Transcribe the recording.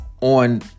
on